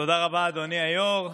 תודה רבה, אדוני היו"ר.